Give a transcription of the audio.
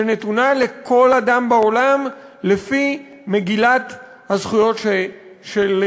שנתונה לכל אדם בעולם לפי מגילת זכויות